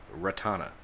Ratana